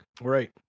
right